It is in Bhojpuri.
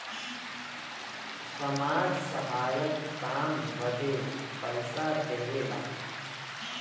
समाज सहायक काम बदे पइसा देवेला